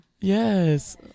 Yes